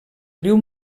riu